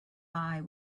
eye